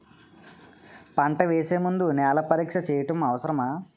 పంట వేసే ముందు నేల పరీక్ష చేయటం అవసరమా?